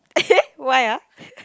eh why ah